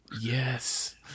Yes